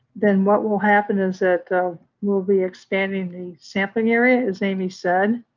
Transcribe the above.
then what will will happen is that we'll be expanding the sampling area, as amy said,